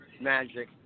magic